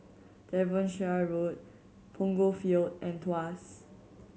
Devonshire Road Punggol Field and Tuas